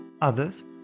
Others